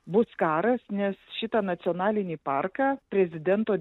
bus karas nes šitą nacionalinį parką prezidento